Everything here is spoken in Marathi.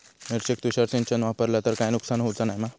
मिरचेक तुषार सिंचन वापरला तर काय नुकसान होऊचा नाय मा?